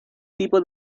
tipo